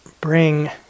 bring